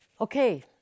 okay